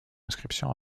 inscription